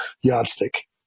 yardstick